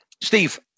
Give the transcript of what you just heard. Steve